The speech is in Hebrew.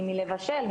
מלבשל,